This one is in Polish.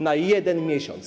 Na 1 miesiąc.